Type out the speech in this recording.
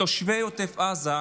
תושבי עוטף עזה,